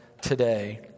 today